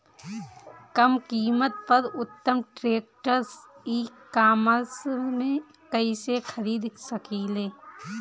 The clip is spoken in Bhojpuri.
कम कीमत पर उत्तम ट्रैक्टर ई कॉमर्स से कइसे खरीद सकिले?